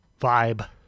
vibe